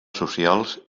socials